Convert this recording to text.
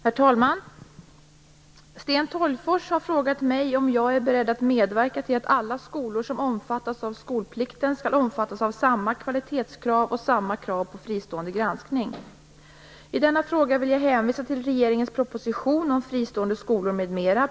Herr talman! Sten Tolgfors har frågat mig om jag är beredd att medverka till att alla skolor som omfattas av skolplikten skall omfattas av samma kvalitetskrav och samma krav på fristående granskning. I denna fråga vill jag hänvisa till regeringens proposition om fristående skolor m.m. .